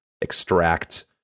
extract